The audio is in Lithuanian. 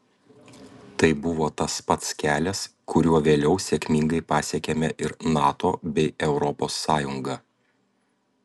tai buvo tas pats kelias kuriuo vėliau sėkmingai pasiekėme ir nato bei europos sąjungą